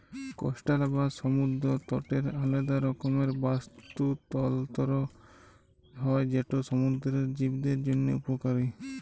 coastal বা সমুদ্দর তটের আলেদা রকমের বাস্তুতলত্র হ্যয় যেট সমুদ্দুরের জীবদের জ্যনহে উপকারী